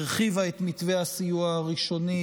הרחיבה את מתווה הסיוע הראשוני,